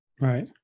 right